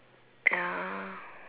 ya